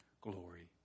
glory